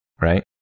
right